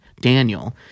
Daniel